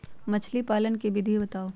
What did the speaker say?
मछली पालन के विधि बताऊँ?